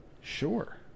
sure